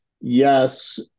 Yes